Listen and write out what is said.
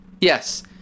Yes